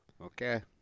Okay